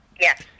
yes